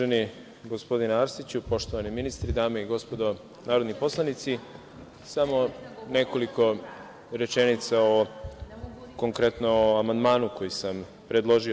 Uvaženi gospodine Arsiću, poštovani ministri, dame i gospodo narodni poslanici, samo nekoliko rečenica konkretno o amandmanu koji sam predložio.